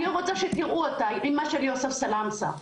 אני רוצה שתראו אותה, אימא של יוסף סלמסה.